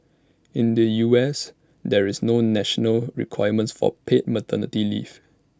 in the U S there's no national requirement for paid maternity leave